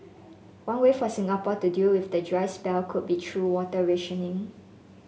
one way for Singapore to deal with the dry spell could be through water rationing